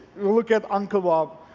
we'll look at uncle bob.